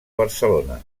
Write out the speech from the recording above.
barcelona